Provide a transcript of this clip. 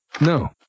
No